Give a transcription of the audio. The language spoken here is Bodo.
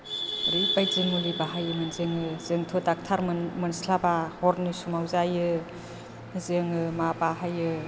ओरैबायदि मुलि बाहायोमोन जोङो जोंथ' ड'क्टार मोनस्लाबा हरनि समाव जायो जोङो मा बाहायो